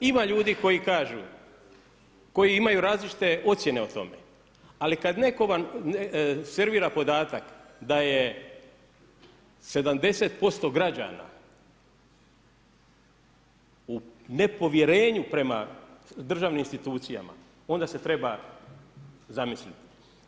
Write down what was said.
Ima ljudi koji kažu, koji imaju različite ocjene o tome, ali kad netko vam servira podatak da je 70% građana u nepovjerenju prema državnim institucijama, onda se treba zamisliti.